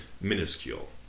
Minuscule